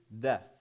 death